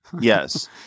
Yes